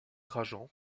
trajan